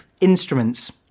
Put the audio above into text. instruments